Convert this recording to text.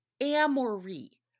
amory